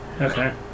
okay